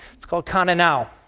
it's called cannonau.